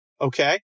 Okay